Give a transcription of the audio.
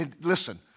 listen